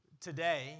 today